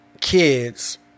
kids